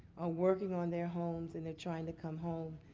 are working on their homes and they're trying to come home.